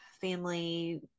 family